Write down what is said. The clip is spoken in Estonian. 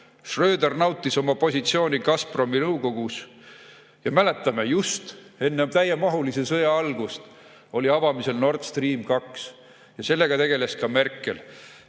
Schröder nautis oma positsiooni Gazpromi nõukogus. Mäletame, et just enne täiemahulise sõja algust oli avamisel Nord Stream 2, ja sellega tegeles ka Merkel.